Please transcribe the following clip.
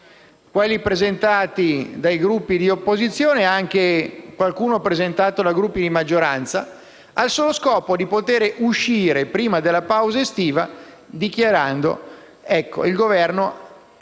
quelli presentati dai Gruppi di opposizione sia qualcuno presentato da Gruppi di maggioranza, al solo scopo di poter dichiarare, prima della pausa estiva, che il Governo ha